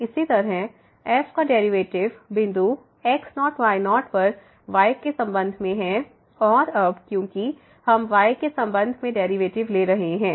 इसी तरह f का डेरिवेटिव बिंदु x0y0 पर y के संबंध में है और अब क्योंकि हम y के संबंध में डेरिवेटिव ले रहे हैं